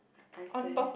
I say